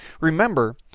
Remember